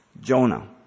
Jonah